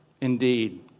indeed